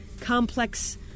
complex